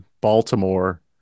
Baltimore